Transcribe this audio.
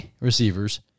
receivers